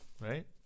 right